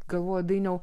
galvoju dainiau